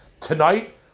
tonight